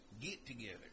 Get-together